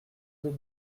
deux